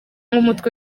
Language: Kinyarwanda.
umutwe